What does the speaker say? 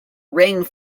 ring